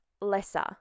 lesser